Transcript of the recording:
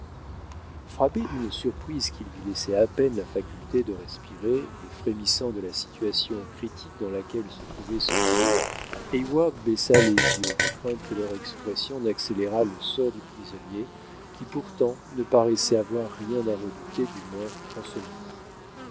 surprise qui lui laissait à peine la faculté de respirer et frémissant de la situation critique dans laquelle se trouvait son ami heyward baissa les yeux de crainte que leur expression n'accélérât le sort du prisonnier qui pourtant ne paraissait avoir rien à redouter du moins en ce moment